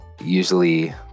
usually